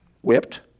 whipped